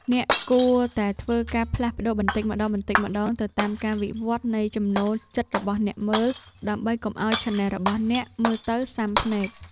អ្នកគួរតែធ្វើការផ្លាស់ប្តូរបន្តិចម្តងៗទៅតាមការវិវត្តន៍នៃចំណូលចិត្តរបស់អ្នកមើល ដើម្បីកុំឱ្យឆានែលរបស់អ្នកមើលទៅស៊ាំភ្នែក។